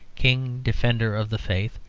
king, defender of the faith,